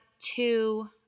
two